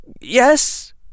yes